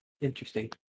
Interesting